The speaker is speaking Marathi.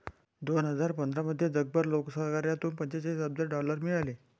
दोन हजार पंधरामध्ये जगभर लोकसहकार्यातून पंचेचाळीस अब्ज डॉलर मिळाले